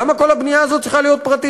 למה כל הבנייה הזאת צריכה להיות פרטית?